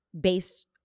based